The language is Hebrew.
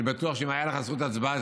אני בטוח שאם הייתה לך זכות הצבעה,